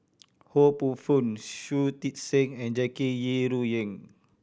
Ho Poh Fun Shui Tit Sing and Jackie Yi Ru Ying